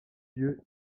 lieu